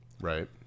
right